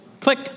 Click